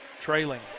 trailing